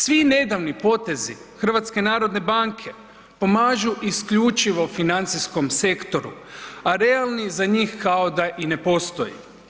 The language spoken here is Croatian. Svi nedavni potezi HNB-a pomažu isključivo financijskom sektoru, a realni za njih kao da i ne postoji.